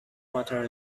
water